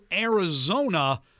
Arizona